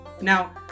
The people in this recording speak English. Now